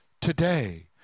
today